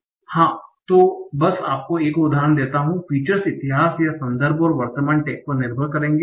तो हाँ बस आपको एक और उदाहरण देता हू फीचर्स इतिहास या संदर्भ और वर्तमान टैग पर निर्भर करेंगे